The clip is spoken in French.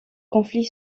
conflit